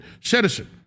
citizen